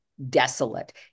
desolate